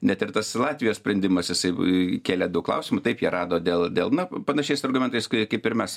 net ir tas latvijos sprendimas jisai kėlė daug klausimų taip jie rado dėl delną panašiais argumentais kai kaip ir mes